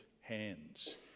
hands